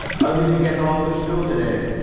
how did you get along at school to-day?